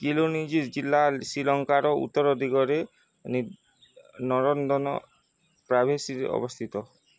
କିଲନିଜି ଜିଲ୍ଲା ଶ୍ରୀଲଙ୍କାର ଉତ୍ତର ଦିଗରେ ନି ନରଦର୍ନ ପ୍ରାଭେସିର ଅବସ୍ଥିତ